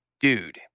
dude